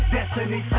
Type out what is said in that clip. Destiny